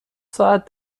ساعت